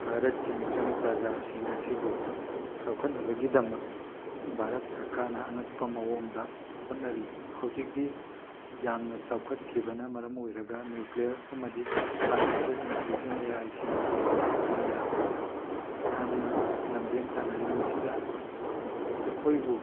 ꯚꯥꯔꯠꯀꯤ ꯃꯤꯆꯝ ꯄ꯭ꯔꯖꯥꯁꯤꯡ ꯑꯁꯤꯕꯨ ꯆꯥꯎꯈꯠꯅꯕꯒꯤꯗꯃꯛ ꯚꯥꯔꯠ ꯁꯔꯀꯥꯏꯅ ꯑꯉꯛꯄ ꯃꯑꯣꯡꯗ ꯍꯣꯠꯅꯔꯤ ꯍꯧꯖꯤꯛꯇꯤ ꯌꯥꯝꯅ ꯆꯥꯎꯈꯠꯈꯤꯕꯅ ꯃꯔꯝ ꯑꯣꯏꯔꯒ ꯅ꯭ꯌꯨꯀꯂꯤꯌꯔ ꯑꯃꯗꯤ ꯑꯥꯔꯇꯤꯐꯤꯁꯦꯜ ꯏꯟꯇꯤꯂꯤꯖꯦꯟꯁ ꯑꯦ ꯑꯥꯏꯒꯤ ꯈꯨꯊꯥꯡꯗ ꯌꯥꯝꯅ ꯂꯝꯖꯦꯟ ꯇꯥꯟꯅꯔꯤ ꯃꯁꯤꯗ ꯑꯩꯈꯣꯏꯕꯨ